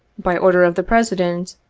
by order of the president.